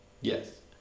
Yes